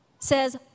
says